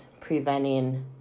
preventing